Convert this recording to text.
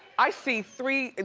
i see three,